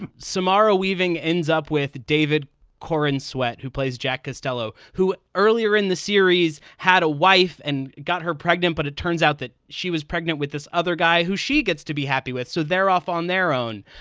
and samarrah weaving ends up with david corn sweat, who plays jack costello, who earlier in the series had a wife and got her pregnant. but it turns out that she was pregnant with this other guy who she gets to be happy with. so they're off on their own.